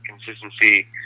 Consistency